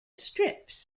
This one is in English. strips